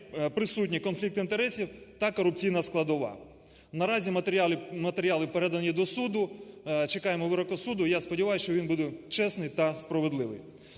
присутній конфлікт інтересів та корупційна складова. Наразі матеріали передані до суду, чекаємо вироку суду, і я сподіваюся, що він буде чесний та справедливий.